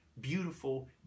beautiful